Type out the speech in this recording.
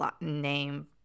name